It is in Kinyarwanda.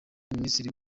minisitiri